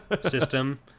system